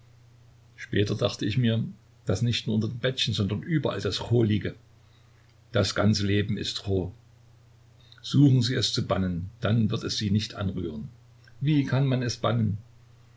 später dachte ich mir daß nicht nur unter dem bettchen sondern überall das cho liege das ganze leben ist cho suchen sie es zu bannen dann wird es sie nicht anrühren wie kann man es bannen